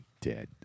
dead